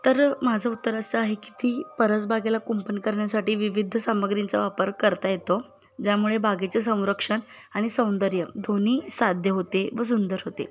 तर माझं उत्तर असं आहे की ती परसबागेला कुंपण करण्यासाठी विविध सामग्रींचा वापर करता येतो ज्यामुळे बागेचं संरक्षण आणि सौंदर्य दोन्ही साध्य होते व सुंदर होते